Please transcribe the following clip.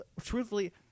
truthfully